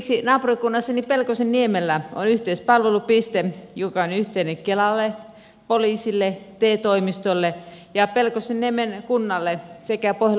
esimerkiksi naapurikunnassani pelkosenniemellä on yhteispalvelupiste joka on yhteinen kelalle poliisille te toimistolle ja pelkosenniemen kunnalle sekä pohjolan osuuspankille